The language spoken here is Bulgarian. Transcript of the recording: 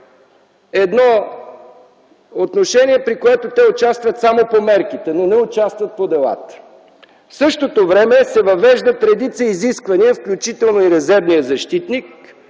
на адвокатите, при което те участват само по мерките, но не участват по делата. В същото време се въвеждат редица изисквания, включително и резервният защитник,